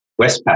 Westpac